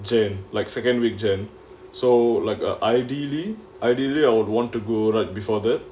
january like second week january so like uh ideally ideally I would want to go right before that